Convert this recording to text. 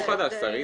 זה סיפור חדש, שרית.